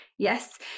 Yes